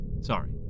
Sorry